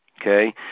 okay